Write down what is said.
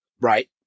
Right